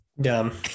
dumb